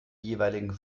jeweiligen